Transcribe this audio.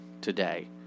today